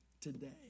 today